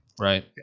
right